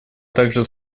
также